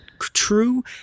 true